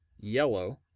yellow